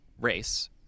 race